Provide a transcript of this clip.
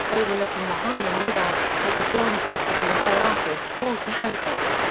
overlooking the harlem river, has a bronze bust of him by artist walter hancock.